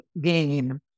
gain